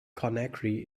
conakry